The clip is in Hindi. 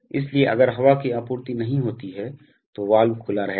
इसलिए अगर हवा की आपूर्ति नहीं होती है तो वाल्व खुला रहेगा